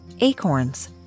acorns